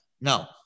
no